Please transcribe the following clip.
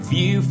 View